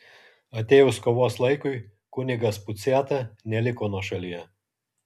atėjus kovos laikui kunigas puciata neliko nuošalyje